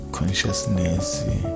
Consciousness